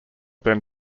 then